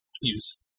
use